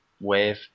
Wave